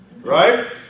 Right